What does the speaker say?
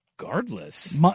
regardless